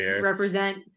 represent